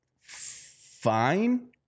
fine